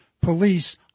police